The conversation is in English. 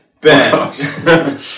Ben